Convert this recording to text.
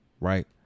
right